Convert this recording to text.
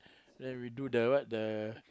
then we do the what the